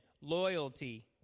loyalty